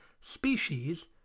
species